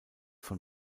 von